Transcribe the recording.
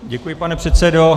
Děkuji, pane předsedo.